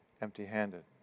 empty-handed